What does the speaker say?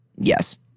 Yes